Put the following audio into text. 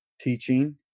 teaching